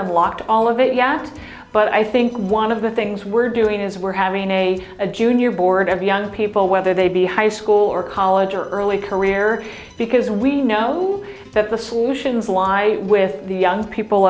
unlocked all of it you asked but i think one of the things we're doing is we're having a a junior board of young people whether they be high school or college or early career because we know that the solutions lie with the young people